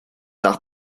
nach